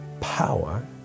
power